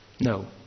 No